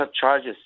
charges